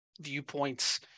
viewpoints